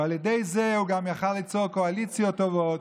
ועל ידי זה הוא גם היה יכול ליצור קואליציות טובות.